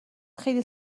خیلی